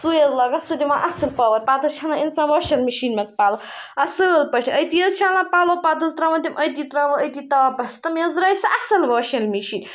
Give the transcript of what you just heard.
سُے حظ لاگان سُہ دِوان اَصٕل پاوَر پَتہٕ حظ چھَلان اِنسان واشنٛگ مِشیٖن منٛز پَلو اَصٕل پٲٹھۍ أتی حظ چھَلان پَلو پَتہٕ حظ ترٛاوان تِم أتی ترٛاوان أتی تاپَس تہٕ مےٚ حظ درٛاے سُہ اَصٕل واشنٛگ مِشیٖن